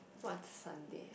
what Sunday